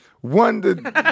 One